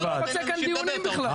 אתה לא רוצה כאן דיונים בכלל.